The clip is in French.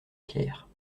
pierre